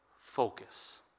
focus